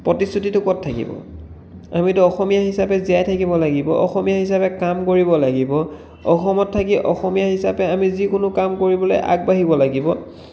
প্ৰতিশ্ৰুতিতো ক'ত থাকিব আমিতো অসমীয়া হিচাপে জীয়াই থাকিব লাগিব অসমীয়া হিচাপে কাম কৰিব লাগিব অসমত থাকি অসমীয়া হিচাপে আমি যিকোনো কাম কৰিবলেৈ আগবাঢ়িব লাগিব